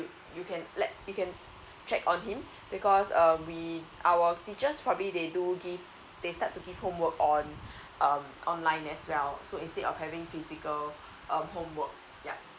you can let you can check on him because um we our teachers probably they do give they start to give homework on uh online as well so instead of having physical um homework yup